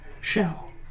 shell